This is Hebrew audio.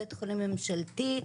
בי"ח ממשלתי,